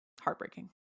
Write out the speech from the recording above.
heartbreaking